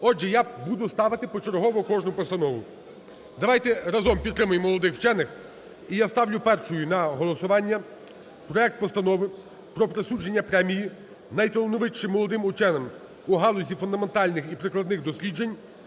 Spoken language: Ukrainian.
Отже, я буду ставити почергового кожну постанову. Давайте разом підтримаємо молодих вчених. І я ставлю першу на голосування проект Постанови про присудження Премії найталановитішим молодим вченим в галузі фундаментальних і прикладних досліджень